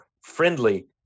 friendly